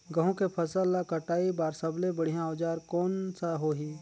गहूं के फसल ला कटाई बार सबले बढ़िया औजार कोन सा होही?